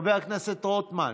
חבר הכנסת רוטמן,